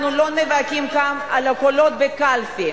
אנחנו לא נאבקים כאן על הקולות בקלפי,